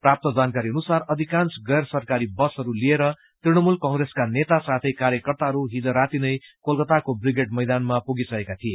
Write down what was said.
प्राप्त जानकारी अनुसार अधिकांश गैर सरकारी बसहरू लिएर तृणमूल कंप्रेसका नेता साथै कार्यकर्ताहरू हिज राती नै कोलकताको ब्रिगेड मैदान पुगिसकेका थिए